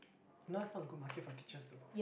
now is not a good market for teachers though